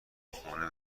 خونه